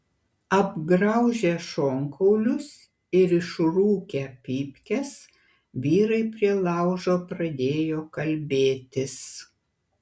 apgraužę šonkaulius ir išrūkę pypkes vyrai prie laužo pradėjo kalbėtis